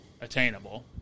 attainable